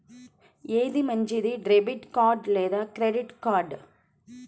ఏది మంచిది, debit card లేదా క్రెడిట్ కార్డ్?